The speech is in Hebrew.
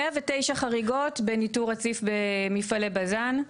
109 חריגות בניטור רציף במפעלי בזן,